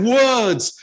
words